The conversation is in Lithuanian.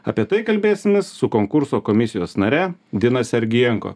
apie tai kalbėsimės su konkurso komisijos nare dina sergienko